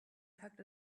tugged